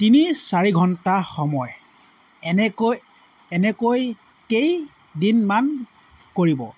তিনি চাৰি ঘন্টা সময় এনেকৈ এনেকৈ কেইদিনমান কৰিব